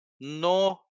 no